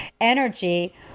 energy